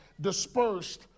dispersed